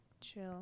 chill